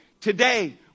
Today